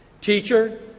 Teacher